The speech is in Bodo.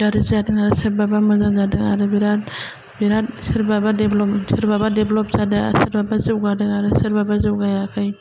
गाज्रि जादों आरो सोरबाबा मोजां जादों आरो बिराथ बिराथ सोरबाबा डेभेलप सोरबाबा डेभेलप जादों आरो सोरबाबा जौगादों आरो सोरबाबा जौगायाखै